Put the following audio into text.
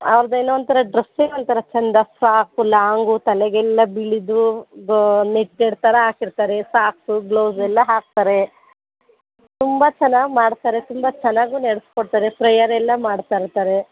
ಅವ್ರ್ದು ಏನೋ ಒಂಥರ ಡ್ರಸ್ಸೆ ಒಂಥರ ಚಂದ ಫ್ರಾಕು ಲಾಂಗ್ ತಲೆಗೆಲ್ಲ ಬಿಳೀದು ನೆಟ್ಟೆಡ್ ಥರ ಹಾಕಿರ್ತಾರೆ ಸಾಕ್ಸು ಗ್ಲೋಸ್ ಎಲ್ಲ ಹಾಕ್ತಾರೆ ತುಂಬ ಚೆನ್ನಾಗಿ ಮಾಡ್ತಾರೆ ತುಂಬ ಚೆನ್ನಾಗೂ ನಡೆಸ್ಕೊಡ್ತಾರೆ ಪ್ರೇಯರೆಲ್ಲ ಮಾಡ್ತಾಯಿರ್ತಾರೆ